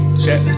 check